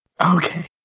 Okay